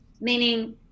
meaning